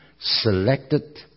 selected